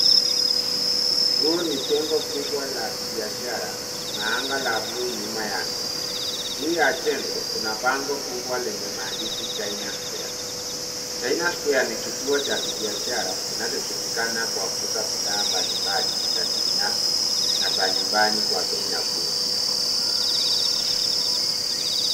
Huu ni jengo kubwa la kibiashara, na anga la bluu nyuma yake. Juu ya jengo, kuna bango kubwa lenye maandishi China Square. China Square ni kituo cha biashara kinachojulikana kwa kuuza bidhaa mbalimbali za kibinafsi na za nyumbani kwa bei nafuu.